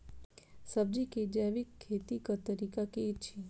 सब्जी केँ जैविक खेती कऽ तरीका की अछि?